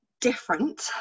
different